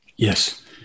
Yes